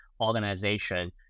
organization